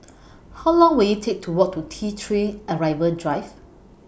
How Long Will IT Take to Walk to T three Arrival Drive